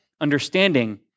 understanding